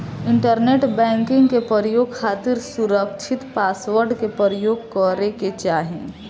internet banking के प्रयोग खातिर सुरकछित पासवर्ड के परयोग करे के चाही